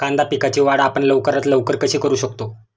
कांदा पिकाची वाढ आपण लवकरात लवकर कशी करू शकतो?